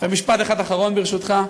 משפט אחד אחרון, ברשותך: